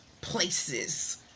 places